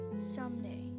Someday